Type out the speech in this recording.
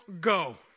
go